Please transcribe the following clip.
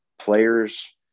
players